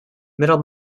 middle